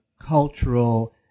cultural